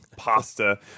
Pasta